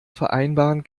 vereinbaren